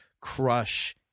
crush